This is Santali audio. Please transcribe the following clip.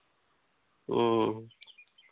ᱦᱮᱸ